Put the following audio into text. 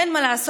אין מה לעשות,